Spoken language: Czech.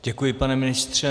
Děkuji, pane ministře.